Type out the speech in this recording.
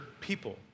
people